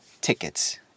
tickets